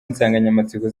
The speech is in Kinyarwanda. nsanganyamatsiko